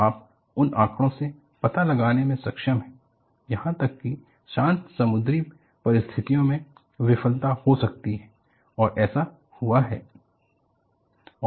तो आप उन आंकड़ो से पता लगाने में सक्षम हैं यहां तक कि शांत समुद्री परिस्थितियों में विफलता हो सकती है और ऐसा हुआ है